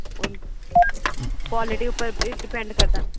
हून क्बालिटी उपर एह् डिपेंड करदा ना